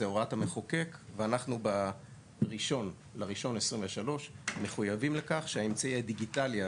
זו הוראת למחוקק ואנחנו ב-1.1.23 מחויבים לכך שהאמצעי הדיגיטלי,